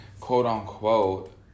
quote-unquote